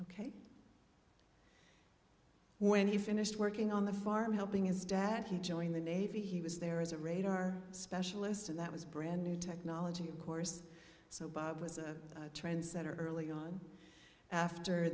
ok when he finished working on the farm helping his dad he joined the navy he was there as a radar specialist and that was brand new technology of course so bob was a trendsetter early on after